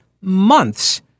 months